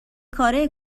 کاره